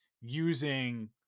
using